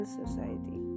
society